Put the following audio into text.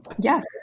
Yes